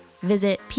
Visit